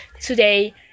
today